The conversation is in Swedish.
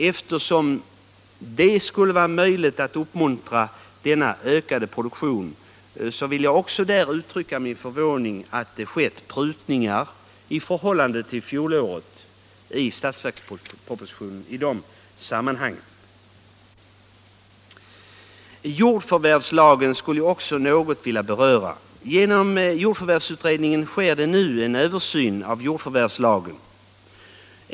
Eftersom det alltså skulle vara möjligt att där uppmuntra en ökad produktion, vill jag uttrycka min förvåning över att det i detta sammanhang har skett prutningar i statsverkspropositionen i förhållande till fjolåret. Genom jordförvärvsutredningen sker nu en översyn av jordförvärvslagen.